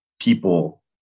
people